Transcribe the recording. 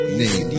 name